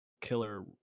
killer